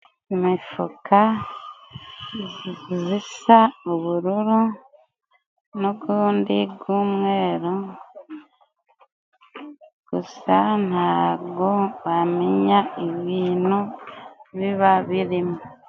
Imifuka zisa ubururu n'ugundi g'umweru, gusa ntago bamenya ibintu biba birimo.